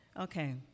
Okay